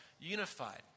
unified